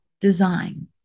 design